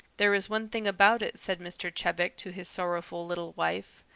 there is one thing about it, said mr. chebec to his sorrowful little wife,